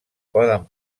poden